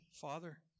Father